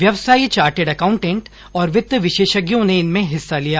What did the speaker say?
व्यवसायी chartered accountant और वित्त विशेषज्ञों ने इनमें हिस्सा लिया